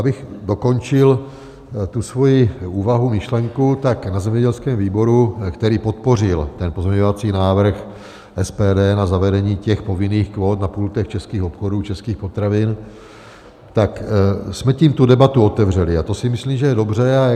Abych dokončil tu svoji úvahu, myšlenku, tak na zemědělském výboru, který podpořil pozměňovací návrh SPD na zavedení povinných kvót na pultech českých obchodů, českých potravin, tak jsme tím tu debatu otevřeli a to si myslím, že je dobře.